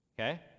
Okay